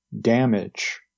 damage